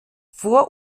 vor